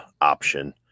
option